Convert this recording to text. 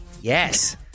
Yes